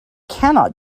cannot